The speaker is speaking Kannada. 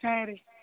ಹಾಂ ರೀ